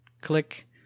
click